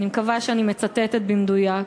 אני מקווה שאני מצטטת במדויק: